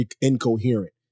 incoherent